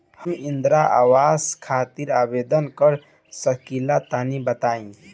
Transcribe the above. हम इंद्रा आवास खातिर आवेदन कर सकिला तनि बताई?